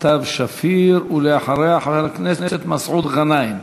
סתיו שפיר, ואחריה, חבר הכנסת מסעוד גנאים.